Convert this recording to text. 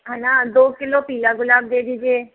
है ना दो किलो पीला गुलाब दे दीजिए